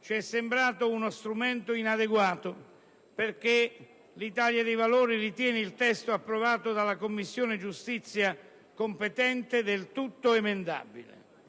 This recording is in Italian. ci è sembrato uno strumento inadeguato, perché l'Italia dei Valori ritiene che il testo approvato dalla Commissione giustizia sia del tutto inemendabile.